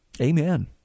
Amen